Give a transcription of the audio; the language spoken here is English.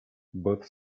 both